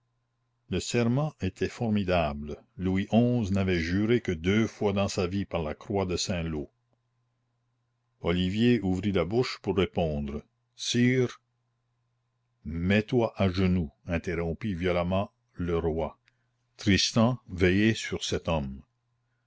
le serment était formidable louis xi n'avait juré que deux fois dans sa vie par la croix de saint-lô olivier ouvrit la bouche pour répondre sire mets-toi à genoux interrompit violemment le toi tristan veillez sur cet homme